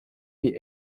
wie